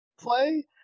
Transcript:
play